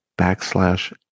backslash